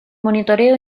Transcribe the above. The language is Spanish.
monitoreo